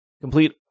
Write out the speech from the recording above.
Complete